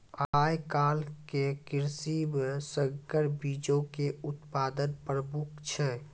आइ काल्हि के कृषि मे संकर बीजो के उत्पादन प्रमुख छै